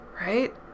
Right